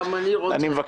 גם אני רוצה.